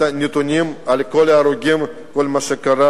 את הנתונים על כל ההרוגים וכל מה שקרה